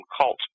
cults